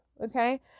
Okay